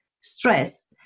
stress